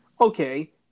Okay